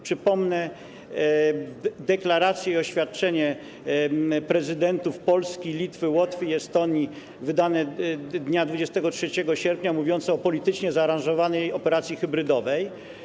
Przypomnę deklaracje i oświadczenie prezydentów Polski, Litwy, Łotwy i Estonii wydane dnia 23 sierpnia, mówiące o politycznie zaaranżowanej operacji hybrydowej.